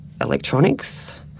electronics